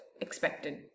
expected